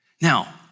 Now